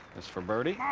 as for birdie,